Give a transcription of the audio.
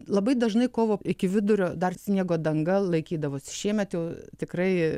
labai dažnai kovo iki vidurio dar sniego danga laikydavosi šiemet jau tikrai